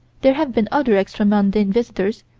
there have been other extra-mundane visitors,